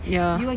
ya